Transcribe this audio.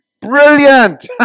Brilliant